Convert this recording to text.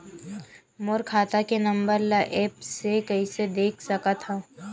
मोर खाता के नंबर ल एप्प से कइसे देख सकत हव?